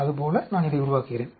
அது போல நான் இதை உருவாக்குகிறேன்